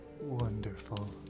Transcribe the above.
wonderful